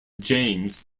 james